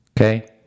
Okay